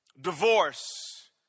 Divorce